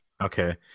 Okay